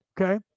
Okay